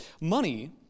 money